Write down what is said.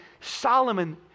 Solomon